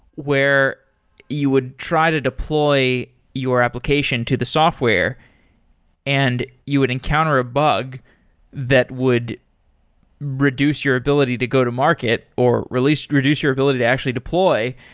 where you would try to deploy your application to the software and you would encounter a bug that would reduce your ability to go to market or reduce reduce your ability to actually deploy.